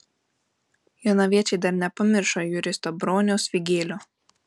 jonaviečiai dar nepamiršo juristo broniaus vygėlio